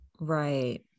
Right